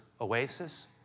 oasis